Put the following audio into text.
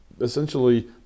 essentially